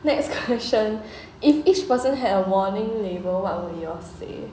next question if each person had a warning label what would yours say